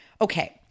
okay